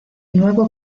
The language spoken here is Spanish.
nuevo